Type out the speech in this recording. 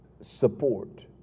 support